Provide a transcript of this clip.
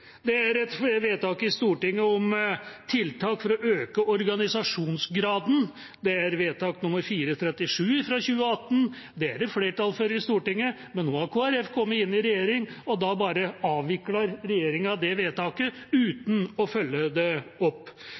Det er et vedtak i Stortinget om tiltak for å øke organisasjonsgraden, vedtak nr. 437 fra 2018. Det er det flertall for i Stortinget, men nå har Kristelig Folkeparti kommet inn i regjering, og da bare avvikler regjeringa det vedtaket uten å følge det opp.